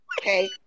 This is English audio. Okay